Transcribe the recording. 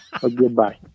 Goodbye